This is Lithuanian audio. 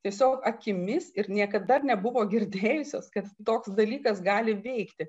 tiesiog akimis ir niekad dar nebuvo girdėjusios kad toks dalykas gali veikti